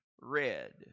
red